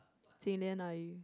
Jing-Lian 阿姨:ayi